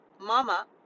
mama